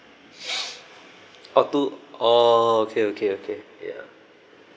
oh too orh okay okay okay ya